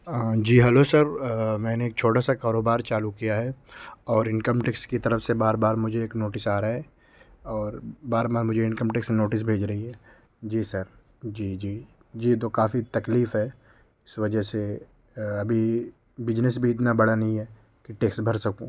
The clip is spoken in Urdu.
جی ہلو سر میں نے ایک چھوٹا سا کاروبار چالو کیا ہے اور انکم ٹیکس کی طرف سے بار بار مجھے ایک نوٹس آ رہا ہے اور بار بار مجھے انکم ٹیکس نوٹس بھیج رہی ہے جی سر جی جی جی تو کافی تکلیف ہے اس وجہ سے ابھی بجنس بھی اتنا بڑا نہیں ہے کہ ٹیکس بھر سکوں